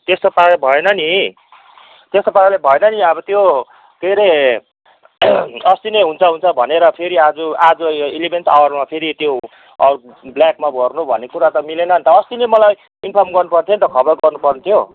त्यस्तो पाराले भएन नि त्यस्तो पाराले भएन नि अब त्यो के अरे अस्ति नै हुन्छ हुन्छ भनेर फेरि आज आज यो इलेभेन्थ आवरमा फेरि त्यो ब्ल्याकमा भर्नु भन्ने कुरा त मिलेन नि त अस्ति नै मलाई इन्फर्म गर्नुपर्थ्यो नि त खबर गर्नुपर्ने थियो